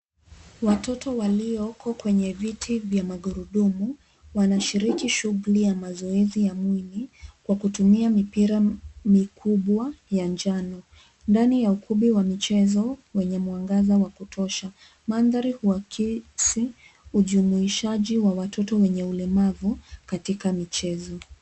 Watoto walioko kwenye viti vya magurudumu, wanashiriki shughuli ya mazoezi ya mwili, kwa kutumia mipira mikubwa ya njano, ndani ya ukumbi wa michezo wenye mwangaza wa kutosha. Mandhari huakisi ujumuishaji wa watoto wenye ulemavu katika michezo.